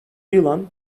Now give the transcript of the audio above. yılan